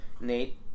Nate